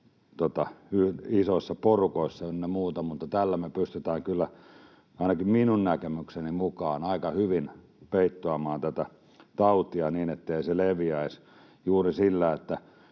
isoissa porukoissa ynnä muuta, mutta tällä me pystytään ainakin minun näkemykseni mukaan kyllä aika hyvin peittoamaan tätä tautia niin, ettei se leviäisi, juuri sillä, että